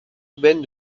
urbaine